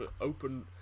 open